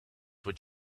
what